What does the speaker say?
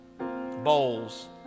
bowls